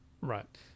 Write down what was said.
Right